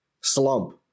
slump